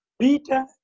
peter